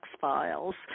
files